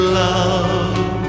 love